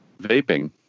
Vaping